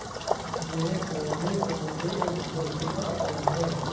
मेरे फोन में फ़ोन पे और गूगल पे का अकाउंट है